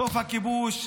סוף הכיבוש,